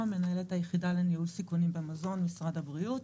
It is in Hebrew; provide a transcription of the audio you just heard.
אני מנהלת היחידה לניהול סיכונים במזון במשרד הבריאות.